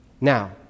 Now